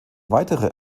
weitere